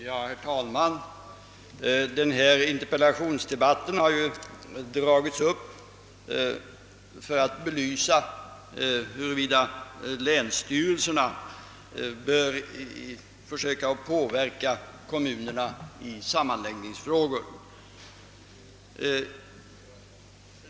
Herr talman! Denna interpellations debatt har ju dragits upp för att vi skall få en belysning av frågan huruvida det är riktigt att länsstyrelserna försöker påverka kommunerna när det gäller sammanläggningar.